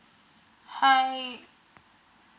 hi